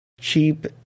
cheap